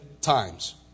times